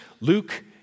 Luke